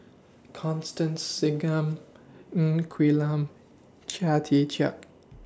Constance Singam Ng Quee Lam Chia Tee Chiak